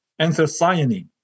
anthocyanin